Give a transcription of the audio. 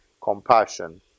compassion